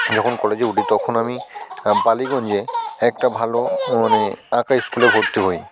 যখন কলেজে উঠি তখন আমি হ্যাঁ বালিগঞ্জে একটা ভালো মানে আঁকা স্কুলে ভর্তি হই